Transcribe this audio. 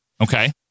Okay